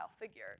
figure